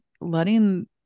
letting